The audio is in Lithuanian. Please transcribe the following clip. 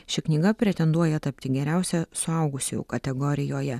ši knyga pretenduoja tapti geriausia suaugusiųjų kategorijoje